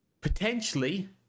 Potentially